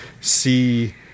see